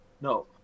No